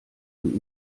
und